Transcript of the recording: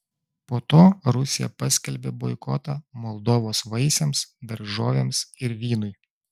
po to rusija paskelbė boikotą moldovos vaisiams daržovėms ir vynui